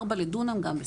ארבע לדונם גם בסדר.